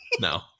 No